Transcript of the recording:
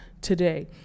today